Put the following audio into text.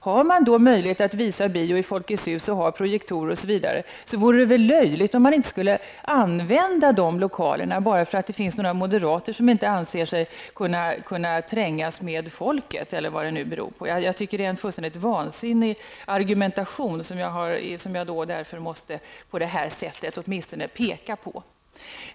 Har man då möjlighet att visa bio i Folkets Hus genom att man där exempelvis har projektorer, vore det väl löjligt att inte använda de lokalerna bara därför att några moderater inte anser sig kunna trängas med folket. Jag tycker att det är en fullständigt vansinnig argumentation som jag åtminstone på det här sättet måste peka på.